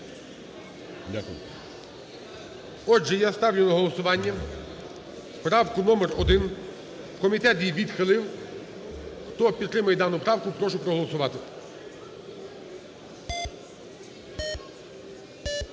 Отже, я ставлю на голосування правку номер 1. Комітет її відхилив. Хто підтримує дану правку, прошу проголосувати.